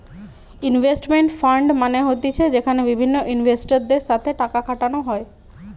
investment fund মানে হতিছে যেখানে বিভিন্ন ইনভেস্টরদের সাথে টাকা খাটানো হয়